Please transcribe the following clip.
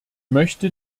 möchte